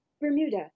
Bermuda